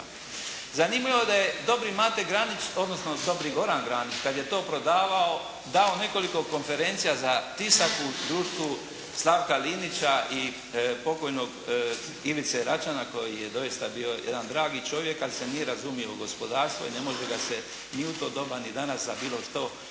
Zanimljivo da je dobri Mate Granić, odnosno dobar Granić kada je to prodavao, dao nekoliko konferencija za tisak u društvu Slavka Linića i pokojnog Ivice Račana koji je doista bio jedan dragi čovjek ali se nije razumio u gospodarstvo i ne može ga se ni u to doba ni danas za bilo što